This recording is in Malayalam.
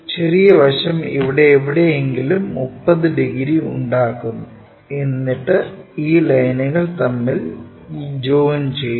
ചെറിയ വശം ഇവിടെ എവിടെയെങ്കിലും 30 ഡിഗ്രി ഉണ്ടാക്കുന്നു എന്നിട്ടു ഈ ലൈനുകൾ തമ്മിൽ ജോയിൻ ചെയ്യുക